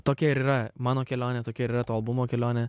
tokia ir yra mano kelionė tokia yra to albumo kelionė